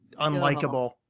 unlikable